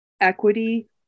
equity